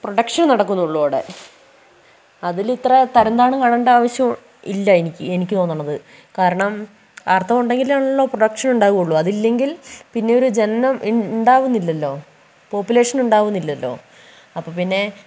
production നടക്കുന്നുള്ളു അവിടെ അതിലിത്ര തരംതാണ് കാണേണ്ട ആവിശ്യം ഇല്ല എനിക്ക് എനിക്ക് തോണണത് കാരണം ആർത്തവം ഉണ്ടെങ്കിലാണല്ലോ പ്രൊഡക്ഷൻ ഉണ്ടാവുള്ളു അതില്ലെങ്കിൽ പിന്നെയൊരു ജനനം ഉണ്ടാവുന്നില്ലല്ലോ പോപുലേഷൻ ഉണ്ടാവുന്നില്ലല്ലോ അപ്പോൾപ്പിന്നെ